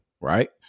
Right